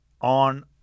on